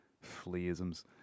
flea-isms